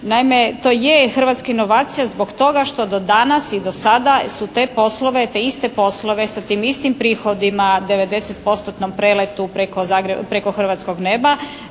Naime, to je hrvatska inovacija zbog toga što do danas i do sada su te poslove, te iste poslove sa tim istim prihodima 90 postotnom preletu preko hrvatskog neba